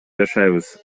жашайбыз